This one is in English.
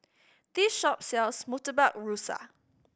this shop sells Murtabak Rusa